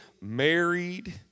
married